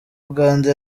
uganda